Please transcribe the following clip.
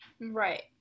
Right